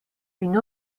une